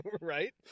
right